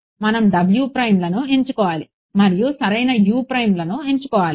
మనం wలను ఎంచుకోవాలి మరియు సరైన uలను ఎంచుకోవాలి